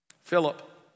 Philip